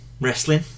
wrestling